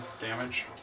damage